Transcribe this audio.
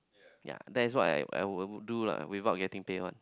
yea that's why I I would I would do lah without getting paid one